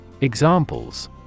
Examples